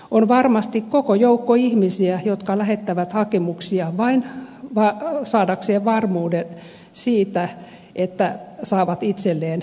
on varmasti koko joukko ihmisiä jotka lähettävät hakemuksia vain saadakseen varmuuden siitä että saavat itselleen lisäaikaa